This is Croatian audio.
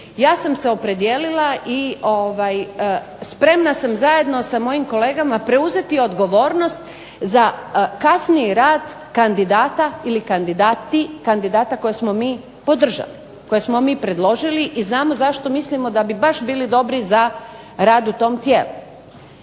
ja sam se opredijelila i spremna sam zajedno sa mojim kolegama preuzeti odgovornost za kasniji rad kandidata ili kandidati, kandidata koje smo mi podržali, koje smo mi predložili i znamo zašto mislimo da bi baš bili dobri za rad u tom tijelu.